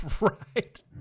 right